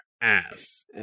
ass